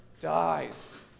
dies